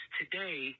today